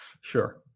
sure